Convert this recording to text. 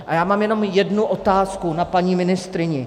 A já mám jenom jednu otázku na paní ministryni.